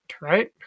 right